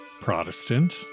Protestant